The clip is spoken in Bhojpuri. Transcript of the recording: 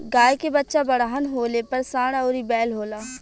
गाय के बच्चा बड़हन होले पर सांड अउरी बैल होला